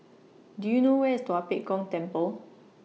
Do YOU know Where IS Tua Pek Kong Temple